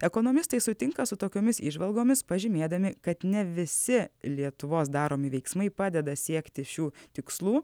ekonomistai sutinka su tokiomis įžvalgomis pažymėdami kad ne visi lietuvos daromi veiksmai padeda siekti šių tikslų